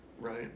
Right